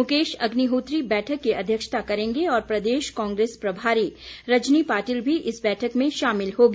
मुकेश अग्निहोत्री बैठक की अध्यक्षता करेंगे और प्रदेश कांग्रेस प्रभारी रजनी पाटिल भी इस बैठक में शामिल होगी